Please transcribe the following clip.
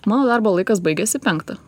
mano darbo laikas baigiasi penktą